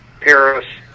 Paris